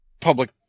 public